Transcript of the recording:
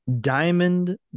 Diamond